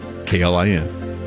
KLIN